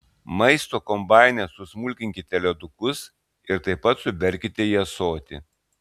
maisto kombaine susmulkinkite ledukus ir taip pat suberkite į ąsotį